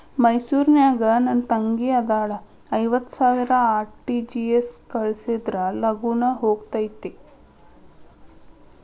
ಮೈಸೂರ್ ನಾಗ ನನ್ ತಂಗಿ ಅದಾಳ ಐವತ್ ಸಾವಿರ ಆರ್.ಟಿ.ಜಿ.ಎಸ್ ಕಳ್ಸಿದ್ರಾ ಲಗೂನ ಹೋಗತೈತ?